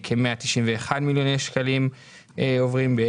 כ-191 מיליוני שקלים עוברים.